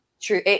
True